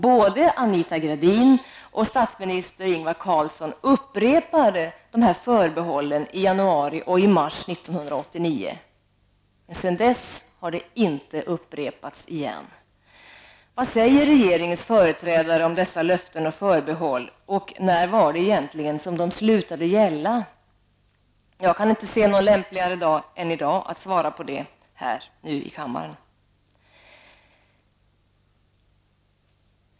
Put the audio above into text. Både Anita Gradin och statsministern Ingvar Carlsson upprepade dessa förbehåll i januari och mars 1989. Sedan har de inte upprepats. Vad säger regeringens företrädare om dessa löften och förbehåll? När slutade de att gälla? Jag kan inte se någon lämpligare dag än i dag att svara på det, här i kammaren.